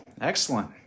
excellent